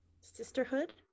sisterhood